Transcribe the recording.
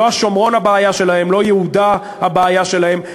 לא השומרון הבעיה שלהם, לא יהודה הבעיה שלהם.